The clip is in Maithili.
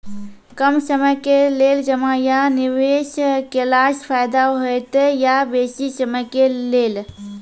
कम समय के लेल जमा या निवेश केलासॅ फायदा हेते या बेसी समय के लेल?